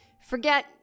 forget